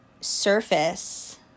surface